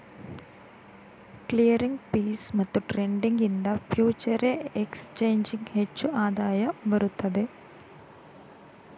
clearing fees ಮತ್ತು trading ಇಂದ ಫ್ಯೂಚರೆ ಎಕ್ಸ್ ಚೇಂಜಿಂಗ್ ಹೆಚ್ಚು ಆದಾಯ ಬರುತ್ತದೆ